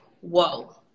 whoa